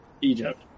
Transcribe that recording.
Egypt